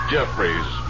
Jeffries